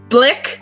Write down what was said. Blick